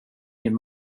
min